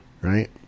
right